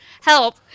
help